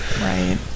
Right